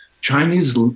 Chinese